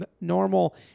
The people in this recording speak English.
normal